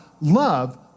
love